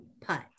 Putt